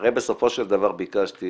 אני ביקשתי